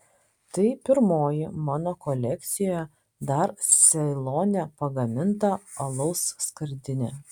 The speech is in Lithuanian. tai pirmoji mano kolekcijoje dar ceilone pagaminta alaus skardinė